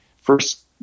first